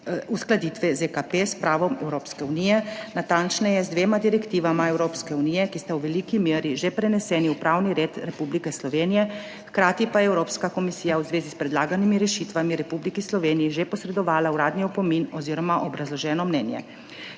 uskladitve ZKP s pravom Evropske unije, natančneje z dvema direktivama Evropske unije, ki sta v veliki meri že preneseni v pravni red Republike Slovenije. Hkrati pa je Evropska komisija v zvezi s predlaganimi rešitvami Republiki Sloveniji že posredovala uradni opomin oziroma obrazloženo mnenje.